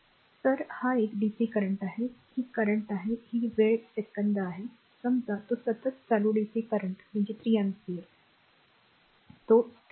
तर हा एक डीसी करंट आहे ही करंट आहे ही वेळ सेकंद आहे समजा तो सतत चालू डीसी करंट म्हणजे 3 एम्पीयर तो स्थिर आहे